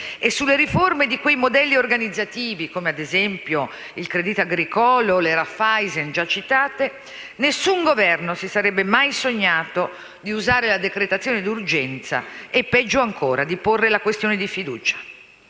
e sulle riforme di quei modelli organizzativi, come ad esempio il Crédit Agricole o le Raiffeisen, già citati, nessun Governo si sarebbe mai sognato di ricorrere alla decretazione d'urgenza e - peggio ancora - di porre la questione di fiducia.